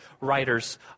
writers